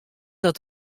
dat